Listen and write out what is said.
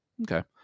Okay